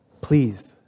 please